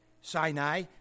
Sinai